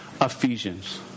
Ephesians